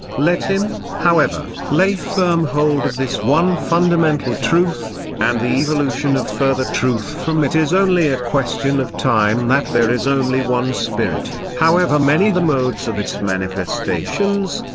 let him, however, lay firm hold of this one fundamental truth, and the evolution of further truth from it is only a question of time that there is only one spirit, however many the modes of its manifestations,